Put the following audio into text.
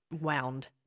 wound